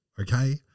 Okay